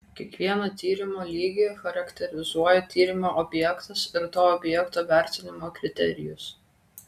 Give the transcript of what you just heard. kiekvieną tyrimo lygį charakterizuoja tyrimo objektas ir to objekto vertinimo kriterijus